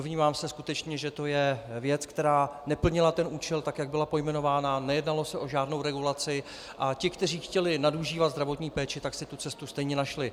Domnívám se skutečně, že to je věc, která neplnila účel, tak jak byla pojmenována, nejednalo se o žádnou regulaci a ti, kteří chtěli nadužívat zdravotní péči, tak si tu cestu stejně našli.